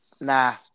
Nah